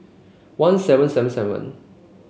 one seven seven seven